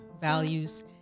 values